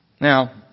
Now